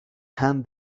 hand